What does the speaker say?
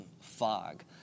fog